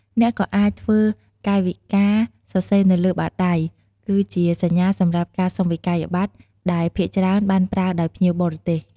អ្នកក៏អាចធ្វើកាយវិការសរសេរនៅលើបាតដៃ គឺជាសញ្ញាសម្រាប់ការសុំវិក្កយបត្រដែលភាគច្រើនបានប្រើដោយភ្ញៀវបរទេស។